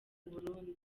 burundi